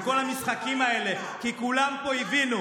וכל המשחקים האלה, כי כולם פה הבינו,